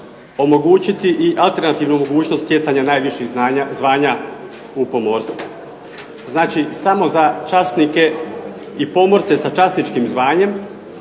omogućiti i alternativnu mogućnost stjecanja najviših zvanja u pomorstvu. Znači, samo za časnike i pomorce sa časničkim zvanjem